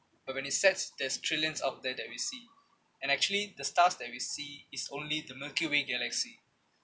but when it sets there's trillions out there that we see and actually the stars that we see is only the milky way galaxy